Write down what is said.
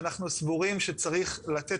ואנחנו סבורים שצריך לתת,